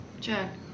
Jack